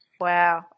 Wow